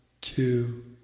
two